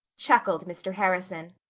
chuckled mr. harrison.